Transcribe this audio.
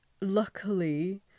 luckily